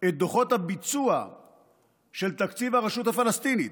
את דוחות הביצוע של תקציב הרשות הפלסטינית.